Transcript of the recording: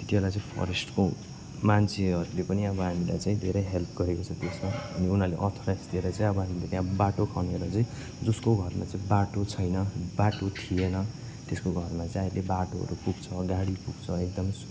त्यतिबेला चाहिँ फरेस्टको मान्छेहरूले पनि अब हामीलाई चाहिँ धेरै हेल्प गरेको छ त्यसमा अनि उनीहरूले अथोराइज दिएर चाहिँ अब हामीले त्यहाँ बाटो खनेर चाहिँ जसको घरमा चाहिँ बाटो छैन बाटो थिएन त्यसको घरमा चाहिँ अहिले बाटोहरू पुग्छ गाडी पुग्छ एकदमै सु